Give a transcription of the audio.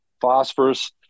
phosphorus